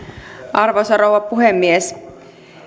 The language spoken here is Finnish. arvoisa rouva puhemies